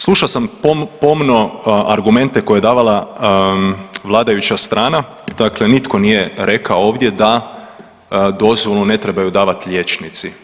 Slušao sam pomno argumente koje je davala vladajuća strana, dakle nitko nije rekao ovdje da dozvolu ne trebaju davati liječnici.